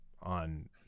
on